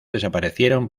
desaparecieron